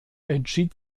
entschied